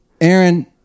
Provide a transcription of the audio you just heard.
Aaron